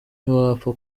ntiwapfa